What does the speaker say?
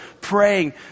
praying